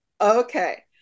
Okay